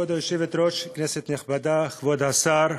כבוד היושבת-ראש, כנסת נכבדה, כבוד השר,